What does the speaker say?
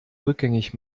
rückgängig